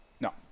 no